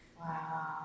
wow